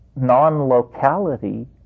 non-locality